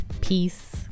peace